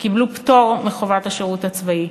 שקיבלו פטור מחובת השירות הצבאי.